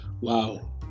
Wow